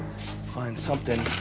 find something.